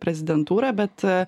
prezidentūrą bet